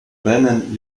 brennen